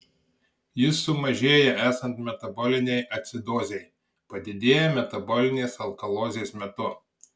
jis sumažėja esant metabolinei acidozei padidėja metabolinės alkalozės metu